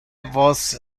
vos